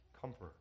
comfort